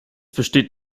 besteht